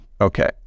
Okay